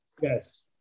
yes